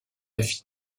vie